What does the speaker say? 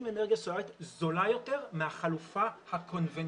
עם אנרגיה סולרית זולה יותר מהחלופה הקונבנציונאלית.